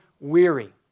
weary